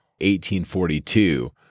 1842